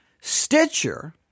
Stitcher